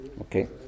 Okay